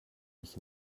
nicht